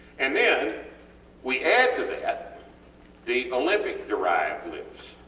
and then we add to that the olympic derived lifts